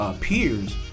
peers